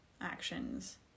actions